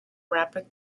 rapid